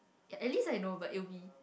at least I know but it'll be